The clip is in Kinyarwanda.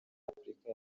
afurika